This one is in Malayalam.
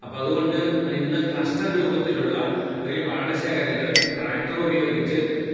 അപ്പം അതുകൊണ്ട് ഇന്ന് ക്ലസ്റ്റർ രൂപത്തിലുള്ള വലിയ പാട ശേഖരങ്ങൾ ട്രാക്ടർ ഉപയോഗിച്ച്